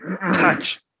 touch